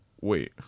Wait